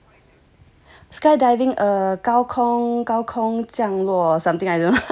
skydiving err 高空高空降落 something I don't know